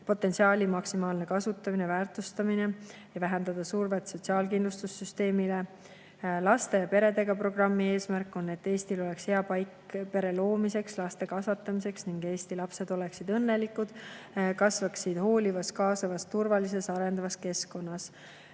potentsiaali maksimaalne kasutamine, väärtustamine ja et vähendada survet sotsiaalkindlustussüsteemile. Laste ja perede programmi eesmärk on, et Eesti oleks hea paik pere loomiseks, laste kasvatamiseks ning Eesti lapsed oleksid õnnelikud, kasvaksid hoolivas, kaasavas, turvalises ja arendavas keskkonnas.